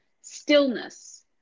stillness